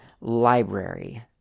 Library